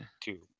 two